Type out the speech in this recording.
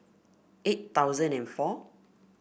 eight thousand and four